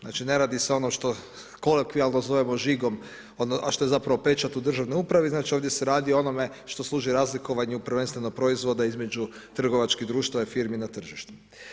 Znači, ne radi se ono što kolokvijalno zovemo žigom a što je zapravo pečat u državnoj upravi, znači ovdje se radi o onome što služi razlikovanju prvenstveno proizvoda između trgovačkih društava i firmi na tržištu.